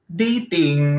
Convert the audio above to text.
dating